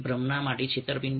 ભ્રમણા માટે છેતરપિંડી